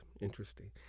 Interesting